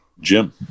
Jim